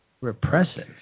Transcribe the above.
repressive